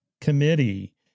committee